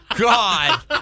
God